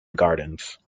gardens